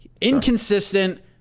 Inconsistent